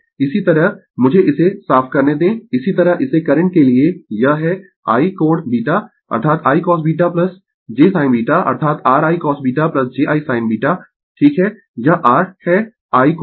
इसी तरह मुझे इसे साफ करने दें इसी तरह इसे करंट के लिए यह है I कोण β अर्थात I cosβ j sin β अर्थात r I cosβ j I sin β ठीक है यह r है I कोण β